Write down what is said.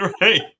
Right